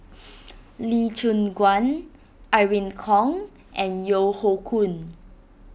Lee Choon Guan Irene Khong and Yeo Hoe Koon